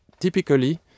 typically